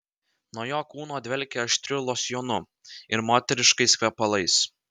nuo jo kūno dvelkė aštriu losjonu ir moteriškais kvepalais